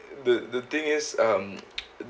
the the thing is um